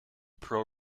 pro